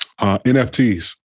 NFTs